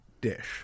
dish